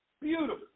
beautiful